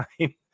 time